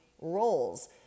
roles